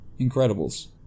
Incredibles